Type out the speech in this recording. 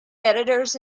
editors